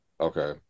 okay